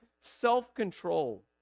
self-control